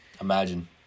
Imagine